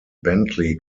bentley